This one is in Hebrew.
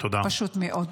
פשוט מאוד.